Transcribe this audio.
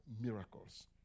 Miracles